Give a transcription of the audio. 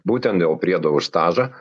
būtent dėl priedo už stažą